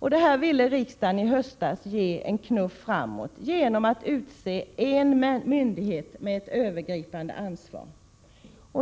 Detta ville riksdagen i 18 maj 1988 höstas ge en knuff framåt genom att utse en myndighet med övergripande ansvar.